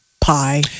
Pie